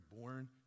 born